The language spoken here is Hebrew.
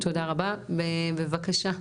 תודה רבה, ובבקשה.